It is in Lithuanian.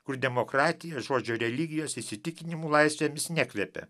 kur demokratija žodžio religijos įsitikinimų laisvėmis nekvepia